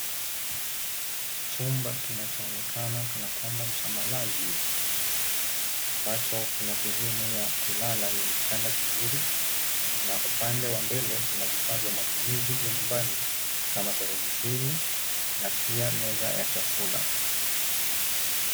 Chumba kinachoonekana kana kwamba ni cha malazi ambacho kina sehemu ya kulala yenye kitanda kizuri na upande wa mbele kuna vifaa vya matumizi ya nyumbani kama televisheni na pia meza ya chakula.